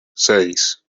seis